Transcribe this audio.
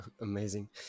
Amazing